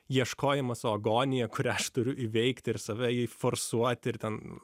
ieškojimas o agonija kurią aš turiu įveikti ir save jį forsuoti ir ten